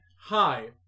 Hi